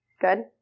good